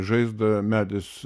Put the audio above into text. žaizdą medis